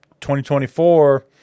2024